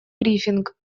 брифинг